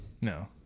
No